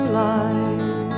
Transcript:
life